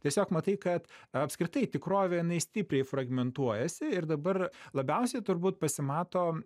tiesiog matai kad apskritai tikrovė jinai stipriai fragmentuojasi ir dabar labiausiai turbūt pasimato